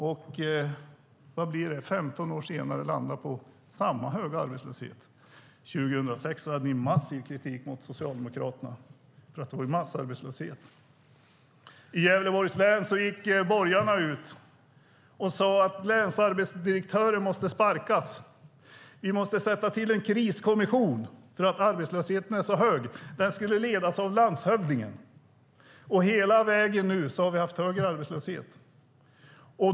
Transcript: Då hade ni en massiv kritik mot Socialdemokraterna för att det var massarbetslöshet. 15 år senare ska ni landa på samma höga arbetslöshet. I Gävleborgs län gick borgarna ut och sade att länsarbetsdirektören måste sparkas och att man måste tillsätta en kriskommission för att arbetslösheten var så hög. Denna skulle ledas av landshövdingen. Hela vägen har vi haft högre arbetslöshet.